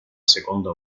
seconda